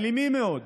אלימים מאוד,